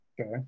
Okay